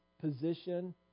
position